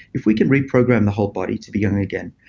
if we can reprogram the whole body to be young again,